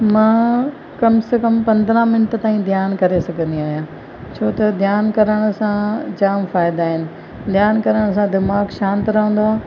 मां कम से कम पंद्रहं मिंट ताईं ध्यान करे सघंदी आहियां छो त ध्यान करण सां जाम फ़ाइदा आहिनि ध्यान करण सां दिमाग़ शांति रहंदो आहे